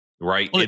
right